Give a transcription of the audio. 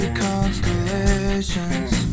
constellations